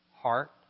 heart